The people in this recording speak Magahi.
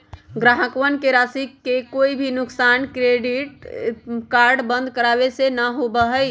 ग्राहकवन के राशि के कोई भी नुकसान डेबिट कार्ड बंद करावे से ना होबा हई